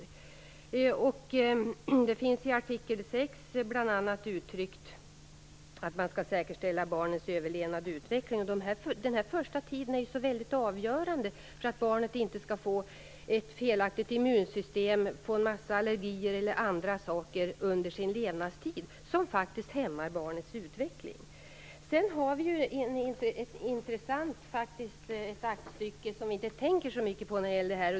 I artikel 6 finns bl.a. uttryckt att man skall säkerställa barnens överlevnad och utveckling. Det första tiden är ju avgörande för att barnet inte skall få ett felaktigt immunsystem, allergier eller andra besvär under sin levnadstid som hämmar barnets utveckling. Sedan finns det ett intressant aktstycke som man inte tänker så mycket på.